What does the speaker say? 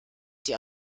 die